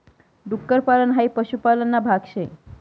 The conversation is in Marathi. डुक्कर पालन हाई पशुपालन ना भाग शे